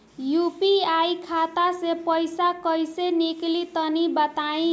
UPI खाता से पइसा कइसे निकली तनि बताई?